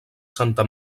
santa